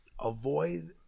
avoid